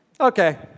okay